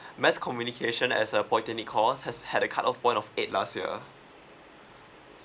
mass communication has a pointer need course has had a cut off point of eight last year